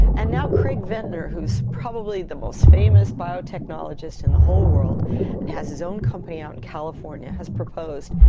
and now craig venter, who is probably the most famous biotechnologist in the whole world and has his own company out in california, has proposed,